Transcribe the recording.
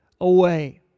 away